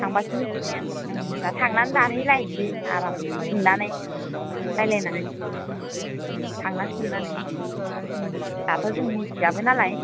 थांबासो मिथिसिगोन उम दा थांनानै दानहैलायसै आरामनो सोंनानै रायलायनानै उम उम थांना सोंनानै उम दाथ' जों मिथियाबो नालाय